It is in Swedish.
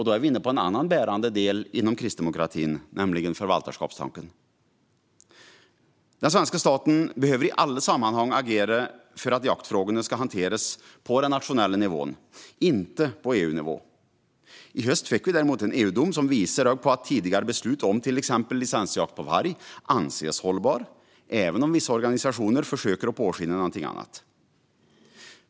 Då är vi inne på en annan bärande del inom kristdemokratin, nämligen förvaltarskapstanken. Den svenska staten behöver i alla sammanhang agera för att jaktfrågorna ska hanteras på nationell nivå, inte på EU-nivå. I höstas fick vi en EU-dom som visar på att tidigare beslut om till exempel licensjakt på varg kan anses hållbar, även om vissa organisationer försöker påskina något annat.